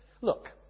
look